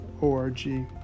org